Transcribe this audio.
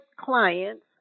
clients